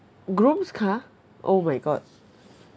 groom's car oh my god